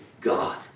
God